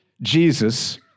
Jesus